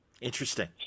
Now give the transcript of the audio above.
Interesting